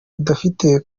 budafite